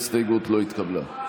ההסתייגות לא התקבלה.